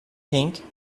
pink